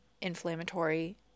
inflammatory